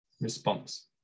response